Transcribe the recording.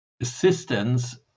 assistance